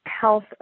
health